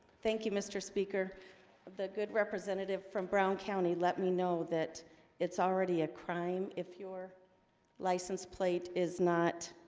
thank you mr. speaker the good representative from brown county let me know that it's already a crime if your license plate is not